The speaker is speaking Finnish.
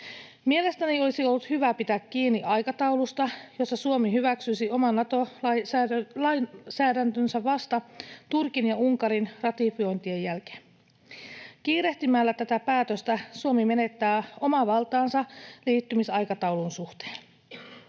Mielestäni olisi ollut hyvä pitää kiinni aikataulusta, jossa Suomi hyväksyisi oman Nato-lainsäädäntönsä vasta Turkin ja Unkarin ratifiointien jälkeen. Kiirehtimällä tätä päätöstä Suomi menettää omaa valtaansa liittymisaikataulun suhteen.